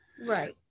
Right